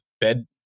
Bed